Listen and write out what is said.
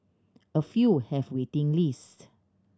a few have waiting lists